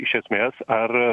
iš esmės ar